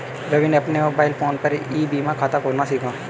रवि ने अपने mobile phone पर ई बीमा खाता खोलना सीखा